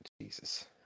Jesus